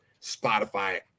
Spotify